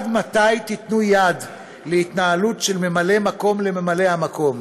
עד מתי תיתנו יד להתנהלות של ממלא מקום לממלא המקום?